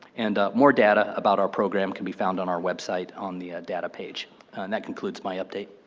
and more data about our program can be found on our website on the data page. and that concludes my update.